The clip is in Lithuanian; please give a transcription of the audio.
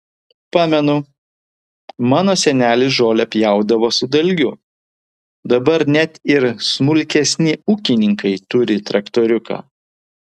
pamenu mano senelis žolę pjaudavo su dalgiu dabar net ir smulkesni ūkininkai turi traktoriuką